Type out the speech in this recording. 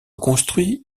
construit